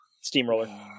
Steamroller